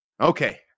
okay